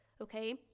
okay